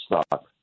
stock